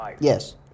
Yes